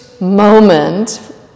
moment